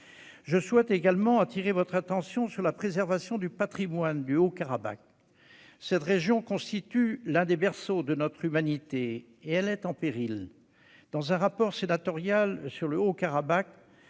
? J'attire également votre attention sur la préservation du patrimoine du Haut-Karabagh. Cette région constitue l'un des berceaux de l'humanité et elle est en péril. Dans un rapport relatif au Haut-Karabagh,